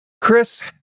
Chris